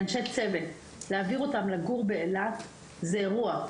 אנשי צוות ממרכז הארץ לגור באילת זה אירוע,